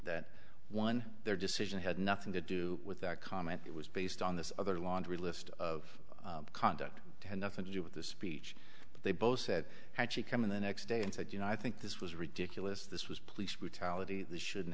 that one their decision had nothing to do with that comment it was based on this other laundry list of conduct had nothing to do with the speech but they both said had she come in the next day and said you know i think this was ridiculous this was police brutality this shouldn't